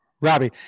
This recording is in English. Robbie